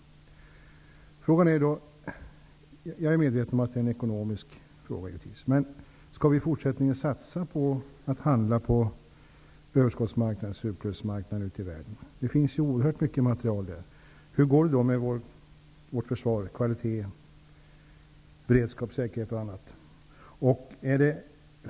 Jag är medveten om att min fråga är ekonomisk, men skall vi i fortsättningen satsa på att handla på överskottsmarknader ute i världen? Där finns det oerhört mycket materiel. Hur går det då med vårt försvars kvalitet, beredskap, säkerhet och annat?